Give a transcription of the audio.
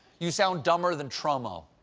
you sound dumber than trumo!